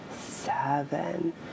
seven